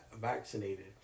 vaccinated